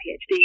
PhD